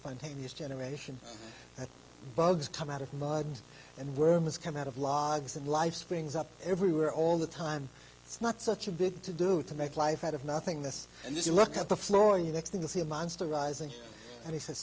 spontaneous generation that bugs come out of bugs and worms come out of logs and life springs up everywhere all the time it's not such a big to do to make life out of nothingness and if you look at the floor you texting to see a monster rising and he sa